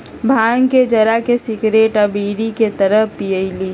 भांग के जरा के सिगरेट आ बीड़ी के तरह पिअईली